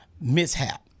mishap